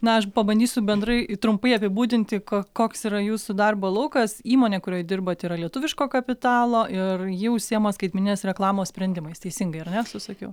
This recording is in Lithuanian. na aš pabandysiu bendrai trumpai apibūdinti kok koks yra jūsų darbo laukas įmonė kurioj dirbat yra lietuviško kapitalo ir ji užsiima skaitmeninės reklamos sprendimais teisingai ar ne susakiau